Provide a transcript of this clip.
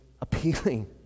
appealing